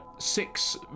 six